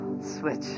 switch